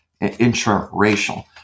intra-racial